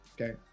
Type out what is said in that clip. Okay